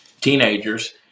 teenagers